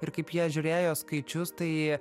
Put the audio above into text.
ir kaip jie žiūrėjo skaičius tai